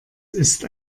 ist